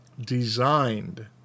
designed